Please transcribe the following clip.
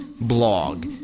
blog